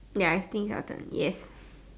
ya I think of them yes